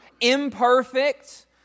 imperfect